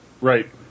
Right